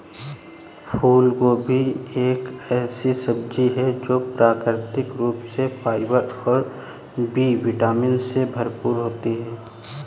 फूलगोभी एक ऐसी सब्जी है जो प्राकृतिक रूप से फाइबर और बी विटामिन से भरपूर होती है